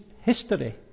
history